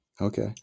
Okay